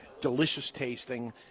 delicious-tasting